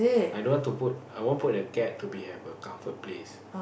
i don't want to put I want put a cat to be have a comfort place